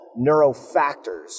neurofactors